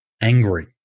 angry